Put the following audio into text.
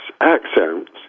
accents